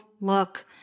look